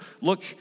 look